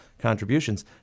contributions